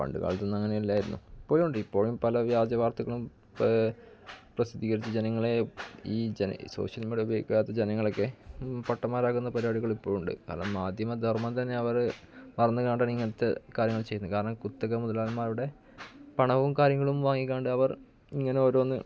പണ്ട് കാലത്തൊന്നും അങ്ങനെ ഇല്ലായിരുന്നു ഇപ്പോഴും ഉണ്ട് ഇപ്പോഴും പല വ്യാജ വാര്ത്തകളും പ്രസിദ്ധീകരിച്ചു ജനങ്ങളെ ഈ ഈ സോഷ്യല് മീഡിയ ഉപയോഗിക്കാത്ത ജനങ്ങളൊക്കെ പൊട്ടന്മാരാക്കുന്ന പരിപാടികള് ഇപ്പോഴും ഉണ്ട് കാരണം മാധ്യമധര്മം തന്നെ അവർ മറന്നുകൊണ്ടാണ് ഇങ്ങനെത്തെ കാര്യങ്ങള് ചെയ്യുന്നത് കാരണം കുത്തക മുതലാളിമാരുടെ പണവും കാര്യങ്ങളും വാങ്ങിക്കൊണ്ട് അവർ ഇങ്ങനെ ഓരോന്ന്